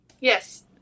Yes